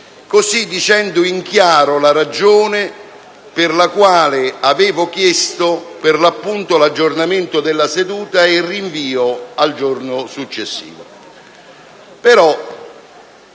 così dicendo in chiaro la ragione per la quale avevo chiesto l'aggiornamento della seduta e il rinvio al giorno successivo.